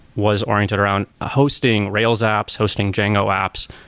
was oriented around ah hosting rails apps, hosting django apps.